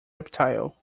reptile